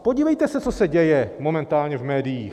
Podívejte se, co se děje momentálně v médiích!